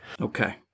Okay